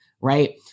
Right